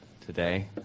today